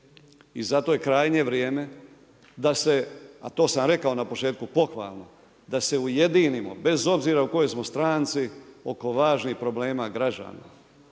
i zato je krajnje vrijeme, da se, a to sam rekao na početku, pohvalno, da se ujedinimo, bez obzira u kojoj smo stranci, oko važnih problema građana.